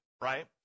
right